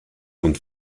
und